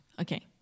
Okay